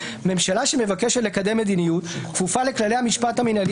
ממשלה שמבקשת לקדם מדיניות כפופה לכללי המשפט המנהלי